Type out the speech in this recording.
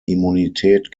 immunität